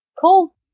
cool